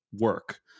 work